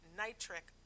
nitric